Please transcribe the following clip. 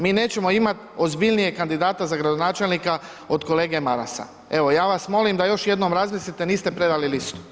Mi nećemo imat ozbiljnijeg kandidata za gradonačelnik od kolege Marasa, evo ja vas molim još jednom razmislite, niste predali listu.